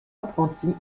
apprenti